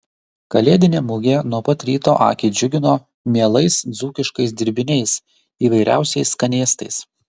kalėdinė mugė nuo pat ryto akį džiugino mielais dzūkiškais dirbiniais įvairiausiais skanėstais